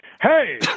Hey